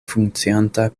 funkcianta